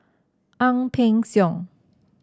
Ang Peng Siong